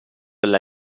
alla